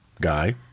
guy